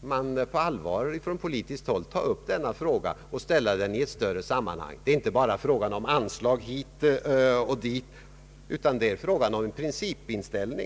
man på allvar från politiskt håll måste ta upp den frågan och ställa den i ett stör re sammanhang. Det är inte bara fråga om anslag hit och dit utan om en principinställning.